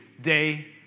day